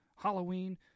halloween